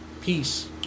peace